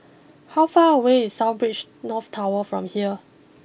how far away is South Beach North Tower from here